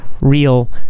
real